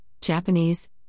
Japanese